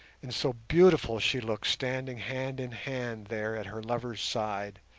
and so beautiful she looked standing hand in hand there at her lover's side,